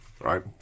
right